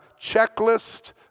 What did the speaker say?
checklist